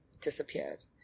disappeared